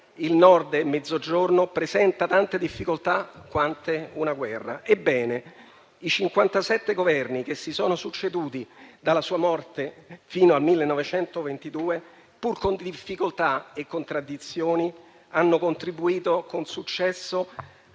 il Nord e il Mezzogiorno presenta tante difficoltà quanto una guerra (...)». Ebbene, i 57 Governi che si sono succeduti dalla sua morte fino al 1922, pur con difficoltà e contraddizioni, hanno contribuito con successo